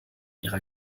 ihrer